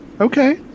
okay